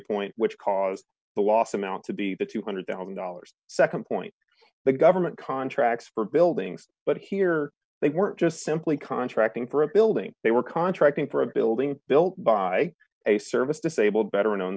point which caused the loss amount to be the two hundred thousand dollars nd point the government contracts for buildings but here they weren't just simply contracting for a building they were contracting for a building built by a service disabled veteran o